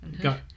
Got